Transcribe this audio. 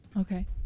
Okay